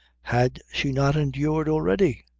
had she not endured already?